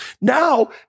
Now